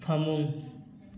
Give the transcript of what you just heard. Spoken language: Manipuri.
ꯐꯃꯨꯡ